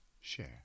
share